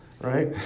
right